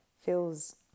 feels